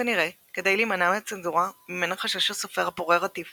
כנראה כדי להימנע מהצנזורה ממנה חשש הסופר הפורה רטיף